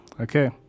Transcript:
Okay